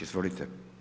Izvolite.